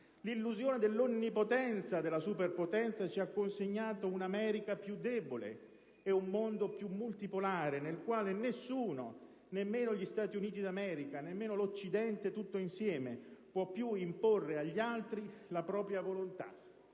l'illusione dell'onnipotenza della superpotenza ci ha consegnato un'America più debole ed un mondo più multipolare, nel quale nessuno, neanche gli Stati Uniti d'America e neanche l'Occidente tutto insieme, può più imporre agli altri la propria volontà.